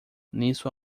nisso